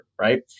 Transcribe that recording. right